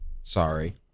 Sorry